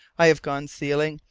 i have gone sealing,